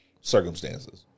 circumstances